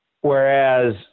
Whereas